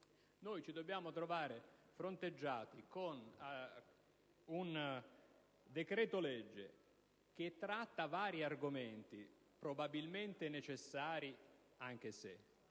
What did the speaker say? ci dovessimo trovare a fronteggiare un decreto-legge che tratta vari argomenti - probabilmente necessari, anche se